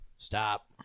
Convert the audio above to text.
Stop